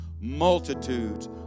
multitudes